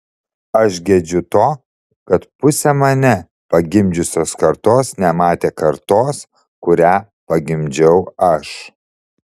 aš gedžiu to kad pusė mane pagimdžiusios kartos nematė kartos kurią pagimdžiau aš